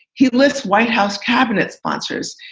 he lists white house cabinet sponsors.